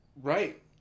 right